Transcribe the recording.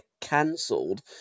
cancelled